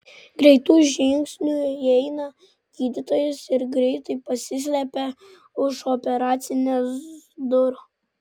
greitu žingsniu įeina gydytojas ir greitai pasislepia už operacinės durų